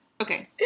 Okay